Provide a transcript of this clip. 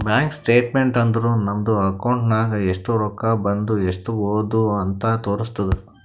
bank statement ಅಂದುರ್ ನಮ್ದು account ನಾಗ್ ಎಸ್ಟ್ ರೊಕ್ಕಾ ಬಂದು ಎಸ್ಟ್ ಹೋದು ಅಂತ್ ತೋರುಸ್ತುದ್